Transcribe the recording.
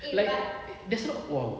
like that's not wrong